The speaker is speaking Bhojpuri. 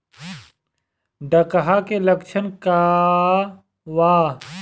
डकहा के लक्षण का वा?